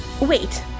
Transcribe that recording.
wait